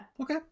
Okay